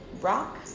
rock